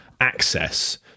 access